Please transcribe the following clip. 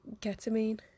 ketamine